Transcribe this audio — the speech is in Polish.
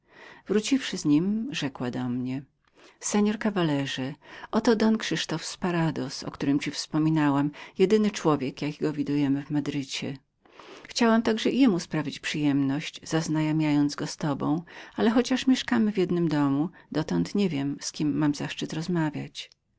nim rzekła do mnie seor caballero oto jest don krzysztof sporadoz o którym ci wspominałam jedyny gość jakiego widujemy w madrycie chciałam także sprawić mu przyjemność znajomości z tobą ale chociaż mieszkamy w jednym domu dotąd nie wiem jednak z kim mam zaszczyt